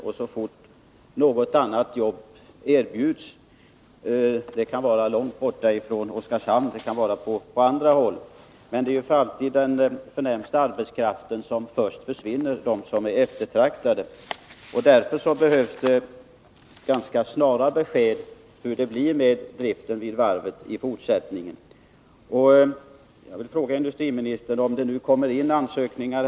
När nu industriministern säger sig vilja avhjälpa malmfältskommunernas problem med arbetsmarknadspolitiska åtgärder — vart har då regionalpolitiken tagit vägen? 2. Var finns de mäktiga arbetsmarknadspolitiska åtgärder som dels förmår avhjälpa nuvarande stora svårigheter på arbetsmarknaden, dels kan sättas in mot den oöverskådliga ökning av problemen som LKAB-styrelsens planer innebär? 3. Vilken roll spelar nu den av industriministern tillsatta malmfältsutredningen? 4. Vad får LKAB:s planer för konsekvenser för det arbete som lagts ned i den mineralpolitiska utredningen?